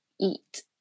eat